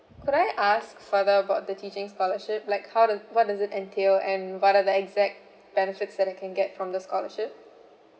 could I ask further about the teaching scholarship like how the what does it entail and what are the exact benefits that I can get from the scholarship